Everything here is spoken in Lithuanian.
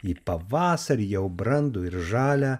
į pavasarį jau brandų ir žalią